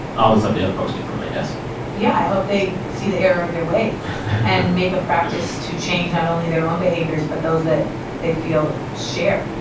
all the stuff the other folks get from it, i guess yeah. i hope they see the error of their ways and make a practice to change not only their own behaviors, but those that they feel share.